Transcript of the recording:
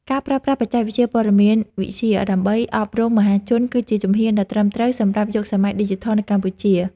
ការប្រើប្រាស់បច្ចេកវិទ្យាព័ត៌មានវិទ្យាដើម្បីអប់រំមហាជន គឺជាជំហានដ៏ត្រឹមត្រូវសម្រាប់យុគសម័យឌីជីថលនៅកម្ពុជា។